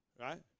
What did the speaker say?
Right